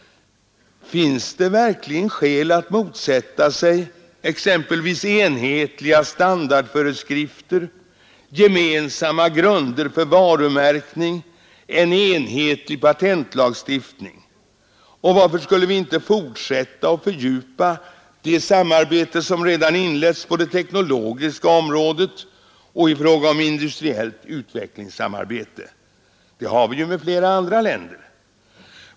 Finns det verkligen skäl att motsätta sig exempelvis enhetliga standardföreskrifter, gemensamma grunder för varumärkning, en enhetlig patentlagstiftning? Varför skulle vi inte fortsätta och fördjupa det samarbete som redan inletts på det teknologiska området och i fråga om industriellt utvecklingsarbete? Ett sådant samarbete har vi ju med flera andra länder.